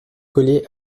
coller